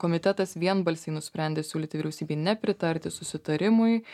komitetas vienbalsiai nusprendė siūlyti vyriausybei nepritarti susitarimui